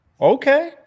Okay